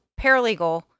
Paralegal